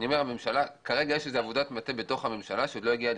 כרגע יש עבודת מטה בתוך הממשלה שעוד לא הגיעה